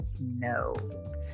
No